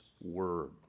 word